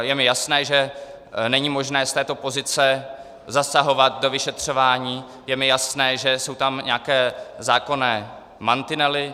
Je mi jasné, že není možné z této pozice zasahovat do vyšetřování, je mi jasné, že jsou tam nějaké zákonné mantinely.